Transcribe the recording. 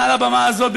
על הבמה הזאת,